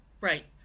Right